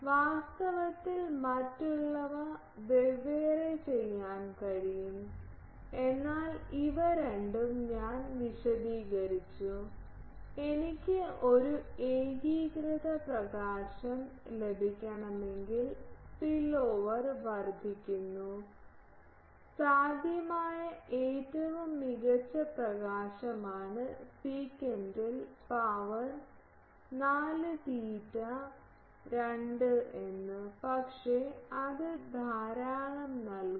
വാസ്തവത്തിൽ മറ്റുള്ളവ വെവ്വേറെ ചെയ്യാൻ കഴിയും എന്നാൽ ഇവ രണ്ടും ഞാൻ വിശദീകരിച്ചു എനിക്ക് ഒരു ഏകീകൃത പ്രകാശം ലഭിക്കണമെങ്കിൽ സ്പിൽഓവർ വർദ്ധിക്കുന്നു സാധ്യമായ ഏറ്റവും മികച്ച പ്രകാശമാണ് സെക്കന്റിൽ പവർ 4 തീറ്റ 2 എന്ന് പക്ഷേ അത് ധാരാളം നൽകുന്നു